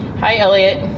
hi elliot,